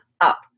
up